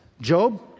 Job